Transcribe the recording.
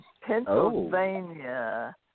Pennsylvania